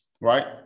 right